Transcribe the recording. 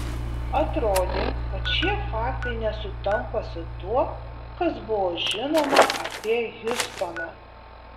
atrodė kad šie faktai nesutampa su tuo kas buvo žinoma apie hiustoną